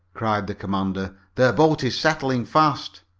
cried the commander. their boat is settling fast!